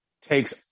takes